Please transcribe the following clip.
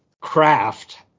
craft